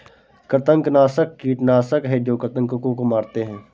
कृंतकनाशक कीटनाशक हैं जो कृन्तकों को मारते हैं